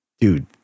Dude